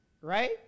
right